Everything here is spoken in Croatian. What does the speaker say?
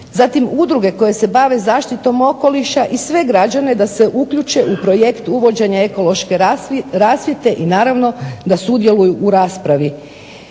zatim udruge koje se bave zaštitom okoliša i sve građane da se uključe u projekt uvođenja ekološke rasvjete i naravno, da sudjeluju u raspravi.